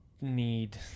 need